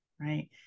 right